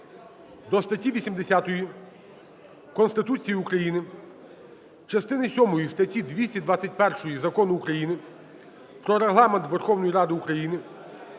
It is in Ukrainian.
до статті 80 Конституції України, частини сьомої статті 221 Закону України "Про Регламент Верховної Ради України"